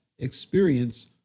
experience